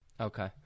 Okay